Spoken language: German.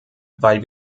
weil